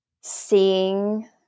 Seeing